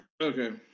Okay